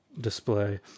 display